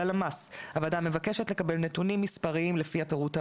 ללמ"ס הוועדה מבקשת לקבל נתונים מספריים לפי הפירוט הבא,